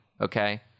Okay